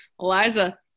Eliza